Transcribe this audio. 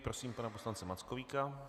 Prosím pana poslance Mackovíka.